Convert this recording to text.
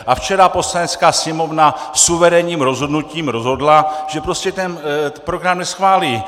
A včera Poslanecká sněmovna suverénním rozhodnutím rozhodla, že prostě ten program neschválí.